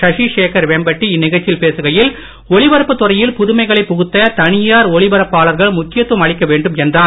சசிசேகர் வேம்பட்டி இந்நிகழ்ச்சியில் பேசுகையில் ஒலிபரப்புத்துறையில் புதுமைகளை புகுத்த தனியார் ஒலிபரப்பாளர்கள் முக்கியத்துவம் அளிக்க வேண்டும் என்றார்